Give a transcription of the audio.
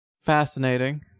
fascinating